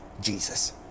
Jesus